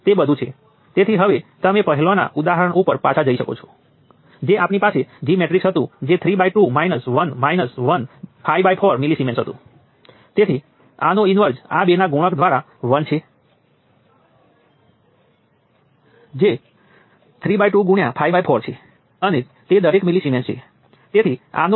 આ કિસ્સામાં નિયંત્રણ સ્ત્રોત નોડ 1 અને 2 ની વચ્ચે જોડાયેલ છે અને તે નોડ 2 અને 3 વચ્ચેના વોલ્ટેજ Vx પર નિર્ભર છે V x અહીં વ્યાખ્યાયિત કરવામાં આવ્યો છે